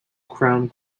crown